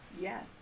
Yes